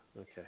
okay